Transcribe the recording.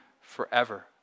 forever